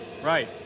Right